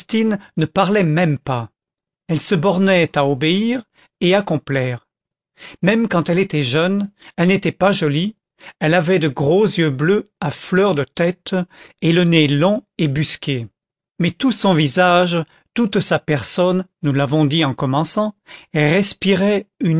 ne parlait même pas elle se bornait à obéir et à complaire même quand elle était jeune elle n'était pas jolie elle avait de gros yeux bleus à fleur de tête et le nez long et busqué mais tout son visage toute sa personne nous l'avons dit en commençant